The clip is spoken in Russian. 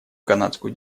канадскую